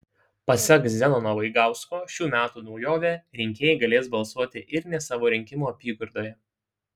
pasak zenono vaigausko šių metų naujovė rinkėjai galės balsuoti ir ne savo rinkimų apygardoje